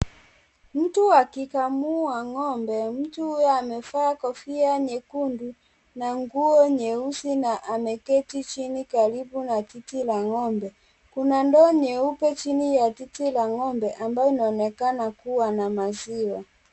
Mtu akikamua ng'ombe. Mtu huyo amevaa kofia nyekundu, na nguo nyeusi na ameketi chini karibu na titi la ng'ombe. Kuna ndoo nyeupe chini ya titi la ng'ombe, ambayo inaonekana kuwa na maziwa.